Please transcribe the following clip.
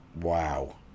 Wow